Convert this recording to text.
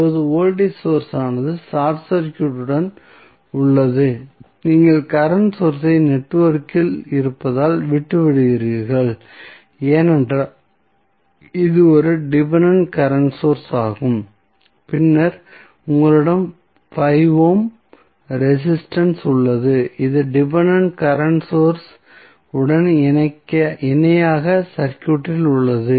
இப்போது voltage source ஆனது short சர்க்யூட்டுடன் உள்ளது நீங்கள் கரண்ட் சோர்ஸ் ஐ நெட்வொர்க்கில் இருப்பதால் விட்டுவிடுகிறீர்கள் ஏனென்றால் இது ஒரு டிபென்டென்ட் கரண்ட் சோர்ஸ் ஆகும் பின்னர் உங்களிடம் 5 ஓம் ரெசிஸ்டன்ஸ் உள்ளது இது டிபென்டென்ட் கரண்ட் சோர்ஸ் உடன் இணையாக சர்க்யூட்டில் உள்ளது